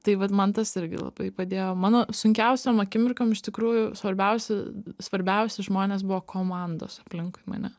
tai vat man tas irgi labai padėjo mano sunkiausiom akimirkom iš tikrųjų svarbiausi svarbiausi žmonės buvo komandos aplinkui mane